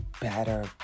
better